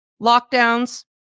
lockdowns